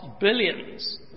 billions